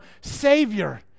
Savior